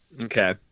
Okay